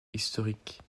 historiques